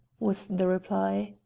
was the reply.